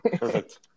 Perfect